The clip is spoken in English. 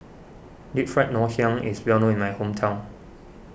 Deep Fried Ngoh Hiang is well known in my hometown